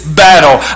battle